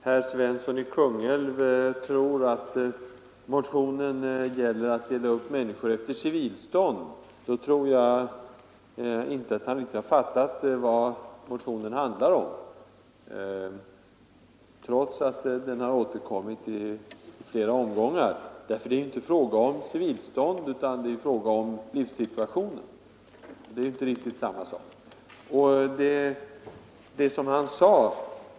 Herr talman! Om herr Svensson i Kungälv tror att motionen gäller att dela upp människor efter civilstånd har han nog inte riktigt fattat vad motionen handlar om trots att den återkommit i flera år. Det är nämligen inte fråga om civilståndet utan om livssituationen, och det är inte riktigt samma sak.